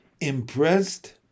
Impressed